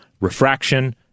refraction